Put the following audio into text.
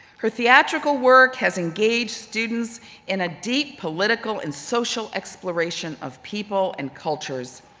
her theatrical work has engaged students in a deep political and social exploration of people and cultures.